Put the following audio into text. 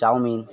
chowmein